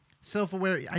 Self-aware